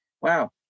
Wow